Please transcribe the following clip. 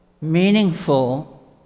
meaningful